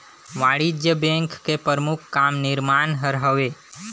वाणिज्य बेंक के परमुख काम निरमान हर हवे